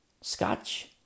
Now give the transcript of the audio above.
scotch